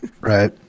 Right